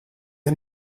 are